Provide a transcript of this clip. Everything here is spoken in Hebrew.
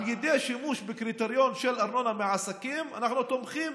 על ידי השימוש בקריטריון של ארנונה מעסקים אנחנו תומכים